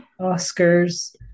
oscars